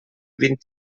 vint